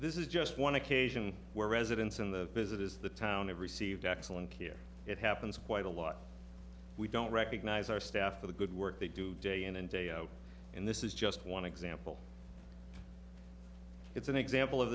this is just one occasion where residents in the visit is the town of received excellent here it happens quite a lot we don't recognize our staff for the good work they do day in and day out in this is just one example it's an example of